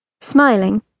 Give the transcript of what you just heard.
Smiling